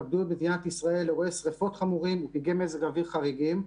פקדו את מדינת ישראל אירועי שרפות חמורים ופגעי מזג אוויר חריגים,